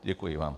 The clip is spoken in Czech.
Děkuji vám.